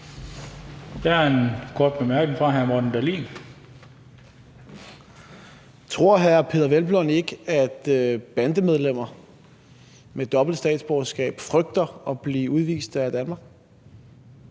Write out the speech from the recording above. fra hr. Morten Dahlin. Kl. 18:56 Morten Dahlin (V): Tror hr. Peder Hvelplund ikke, at bandemedlemmer med dobbelt statsborgerskab frygter at blive udvist af Danmark?